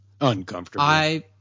Uncomfortable